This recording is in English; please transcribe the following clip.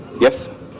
Yes